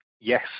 yes